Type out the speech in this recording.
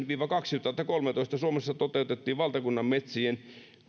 viiva kaksituhattakolmetoista suomessa toteutettiin valtakunnan metsien